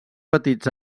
petits